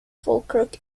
falkirk